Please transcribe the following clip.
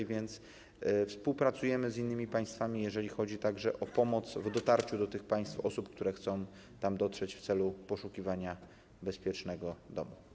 A więc współpracujemy z innymi państwami, jeżeli chodzi także o pomoc w dotarciu do tych państw osób, które chcą tam dotrzeć w celu poszukiwania bezpiecznego domu.